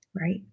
Right